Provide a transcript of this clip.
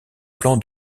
plan